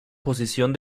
posición